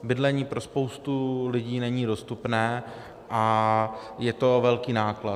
Bydlení pro spoustu lidí není dostupné a je to velký náklad.